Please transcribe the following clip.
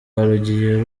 rugiye